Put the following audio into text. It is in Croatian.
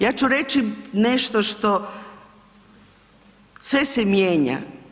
Ja ću reći nešto što, sve se mijenja.